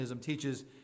teaches